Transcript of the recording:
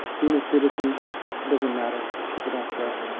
being a citizen doesn't matter. people don't care.